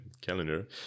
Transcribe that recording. calendar